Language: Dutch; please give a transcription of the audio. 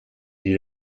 die